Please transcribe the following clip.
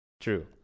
True